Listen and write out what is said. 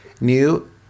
new